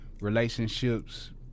relationships